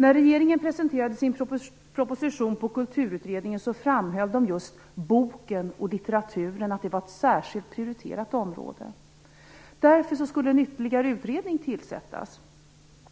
När regeringen presenterade sin proposition för kulturutredningen framhöll den att just boken och litteraturen var ett särskilt prioriterat område, och att en ytterligare utredning därför skulle tillsättas.